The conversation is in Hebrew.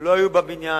לא היו בבניין,